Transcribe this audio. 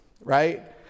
right